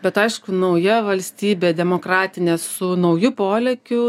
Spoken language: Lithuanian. bet aišku nauja valstybė demokratinė su nauju polėkiu